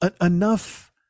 enough